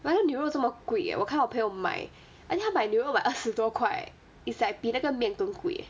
but then 牛肉这么贵 eh 我看到我的朋友买 I think 她买牛肉买二十多块 is like 比那个面更贵 eh